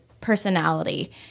personality